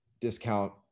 discount